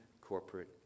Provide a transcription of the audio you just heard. corporate